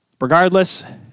regardless